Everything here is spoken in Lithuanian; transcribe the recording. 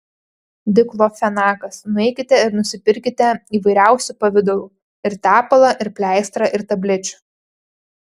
diklofenakas nueikite ir nusipirkite įvairiausių pavidalų ir tepalą ir pleistrą ir tablečių